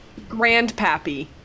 Grandpappy